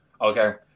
okay